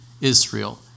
Israel